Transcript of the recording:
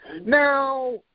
Now